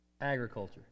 Agriculture